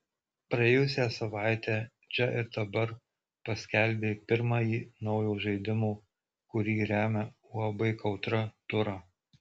praėjusią savaitę čia ir dabar paskelbė pirmąjį naujo žaidimo kurį remia uab kautra turą